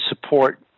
support